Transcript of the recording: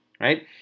right